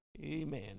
amen